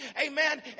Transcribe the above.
Amen